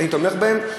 אני תומך בהם?